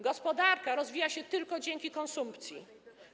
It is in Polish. Gospodarka rozwija się tylko dzięki konsumpcji.